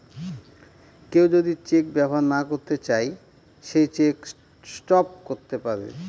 কেউ যদি চেক ব্যবহার না করতে চাই সে চেক স্টপ করতে পারবে